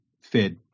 fed